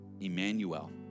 Emmanuel